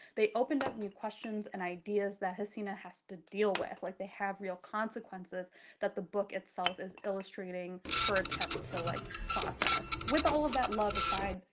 they opened up new questions and ideas that hesina has to deal with. like they have real consequences that the book itself is illustrating her attempt to like process. with all of that love aside,